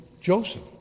Joseph